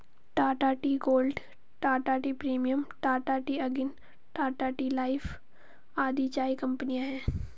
Tata tea gold, Tata tea premium, Tata tea Agni, Tata tea life आदि चाय कंपनियां है